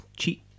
cheat